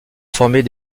former